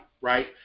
right